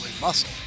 muscle